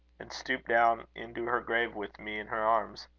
and stooped down into her grave with me in her arms.